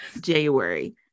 January